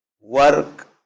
work